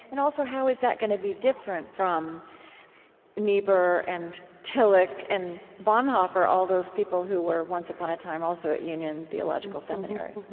and also, how is that gonna be different from niebuhr and tillich and bonhoeffer, all those people who were, once upon a time, also at union theological seminary?